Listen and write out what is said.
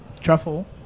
Truffle